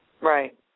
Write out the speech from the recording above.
Right